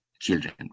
children